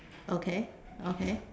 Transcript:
okay okay